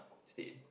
stay in